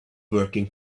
working